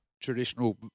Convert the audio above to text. traditional